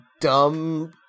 dumb